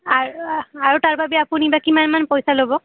আৰু তাৰবাবে আপুনি বা কিমানমান পইচা ল'ব